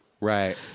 Right